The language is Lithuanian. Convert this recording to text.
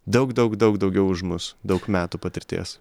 daug daug daug daugiau už mus daug metų patirties